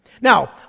Now